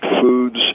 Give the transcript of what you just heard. foods